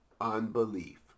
unbelief